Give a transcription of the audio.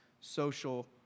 social